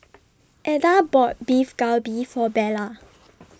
Eda bought Beef Galbi For Bella